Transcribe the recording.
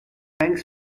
thanks